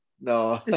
No